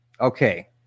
okay